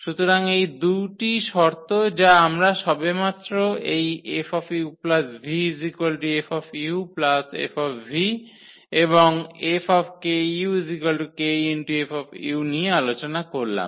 সুতরাং এই 2 শর্ত যা আমরা সবেমাত্র এই 𝐹 uv 𝐹 𝐹 এবং 𝐹 𝑘u 𝑘 𝐹 নিয়ে আলোচনা করলাম